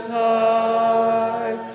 high